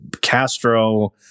castro